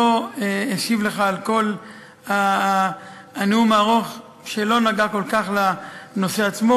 לא אשיב לך על כל הנאום הארוך שלא נגע כל כך לנושא עצמו,